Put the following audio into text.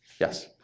Yes